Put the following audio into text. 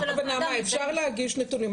נעמה, אפשר להגיש נתונים.